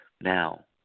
Now